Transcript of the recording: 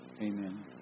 Amen